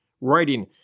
writing